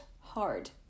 hard